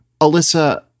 Alyssa